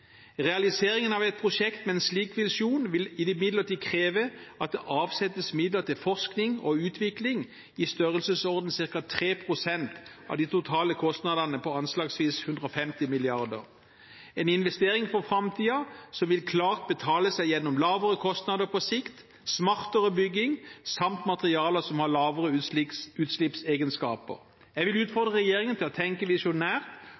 Realiseringen av et prosjekt med en slik visjon vil imidlertid kreve at det avsettes midler til forskning og utvikling i en størrelsesorden på ca. 3 pst. av de totale kostnadene på anslagsvis 150 mrd. kr. Det vil være en investering for framtiden som klart vil betale seg gjennom lavere kostnader på sikt, smartere bygging samt materialer som har lavere utslippsegenskaper. Jeg vil